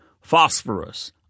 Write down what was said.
Phosphorus